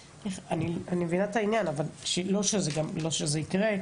ולא שזה יקרה,